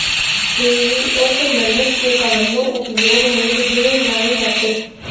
fiat money के कवनो उपयोग मूल्य भी नाइ बाटे